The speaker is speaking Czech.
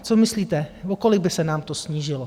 Co myslíte, o kolik by se nám to snížilo?